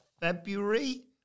February